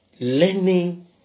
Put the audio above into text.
learning